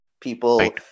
People